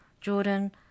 Jordan